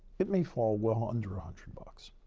it may fall well under a hundred bucks.